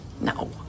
no